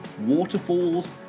Waterfalls